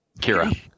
Kira